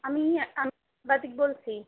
আমি বলছি